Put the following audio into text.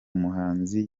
muhanzi